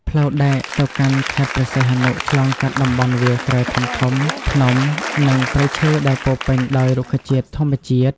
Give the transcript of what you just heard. ផ្លូវដែកទៅកាន់ខេត្តព្រះសីហនុ ឆ្លងកាត់តំបន់វាលស្រែធំៗ ភ្នំ និងព្រៃឈើដែលពោរពេញដោយរុក្ខជាតិធម្មជាតិ។